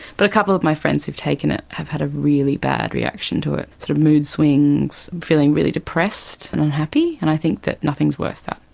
but a couple of my friends who have taken it have had a really bad reaction to it sort of mood swings, feeling really depressed and unhappy, and i think that nothing is worth that.